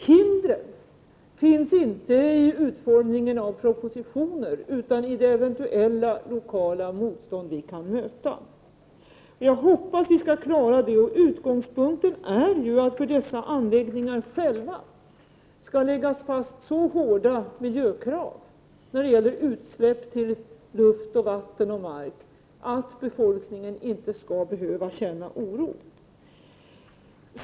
Hindret ligger inte i utformningen av propositioner utan i det eventuella lokala motstånd som vi kan möta. Jag hoppas att vi skall klara det. Utgångspunkten är ju att för dessa anläggningar skall läggas fast så hårda miljökrav på utsläpp till luft, vatten och mark att befolkningen inte skall behöva känna oro.